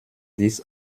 dix